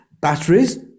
batteries